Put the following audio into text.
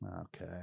Okay